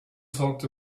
talked